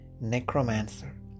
necromancer